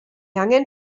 angen